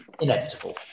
inevitable